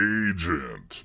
agent